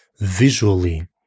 visually